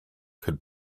could